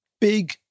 big